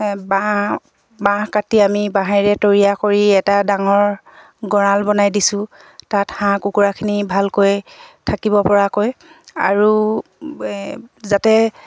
বাঁহ বাঁহ কাটি আমি বাঁহেৰে তৈয়াৰ কৰি এটা ডাঙৰ গঁৰাল বনাই দিছোঁ তাত হাঁহ কুকুৰাখিনি ভালকৈ থাকিব পৰাকৈ আৰু যাতে